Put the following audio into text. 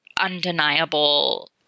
undeniable